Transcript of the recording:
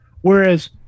whereas